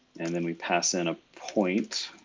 and then we pass in a point,